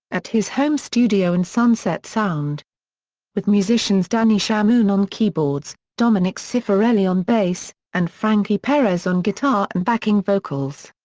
at his home studio and sunset sound with musicians danny shamoun on keyboards, dominic cifarelli on bass, and franky perez on guitar and backing vocals.